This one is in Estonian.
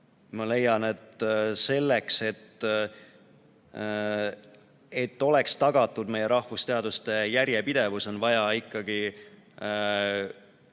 Ma leian, et selleks, et oleks tagatud meie rahvusteaduste järjepidevus, on vaja ikkagi